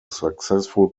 successful